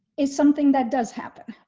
is something that does happen.